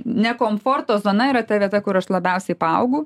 ne komforto zona yra ta vieta kur aš labiausiai paaugau